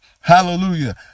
Hallelujah